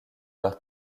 leur